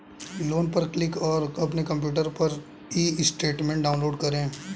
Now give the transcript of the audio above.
loan पर click करें और अपने कंप्यूटर पर ई स्टेटमेंट डाउनलोड करें